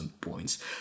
points